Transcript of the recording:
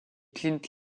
clint